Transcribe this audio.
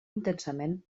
intensament